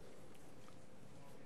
כן,